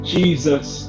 Jesus